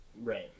Right